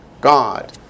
God